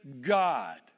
God